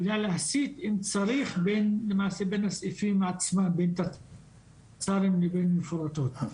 ויודע להסיט אם צריך למעשה בין הסעיפים עצמם בין תצ"רים לבין מפורטות,